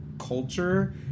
culture